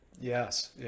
Yes